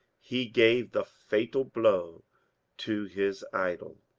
he gave the fatal blow to his idol.